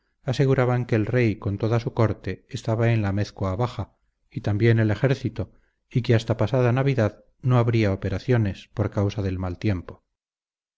aseguraban que el rey con toda su corte estaba en la amézcoa baja y también el ejército y que hasta pasada navidad no habría operaciones por causa del mal tiempo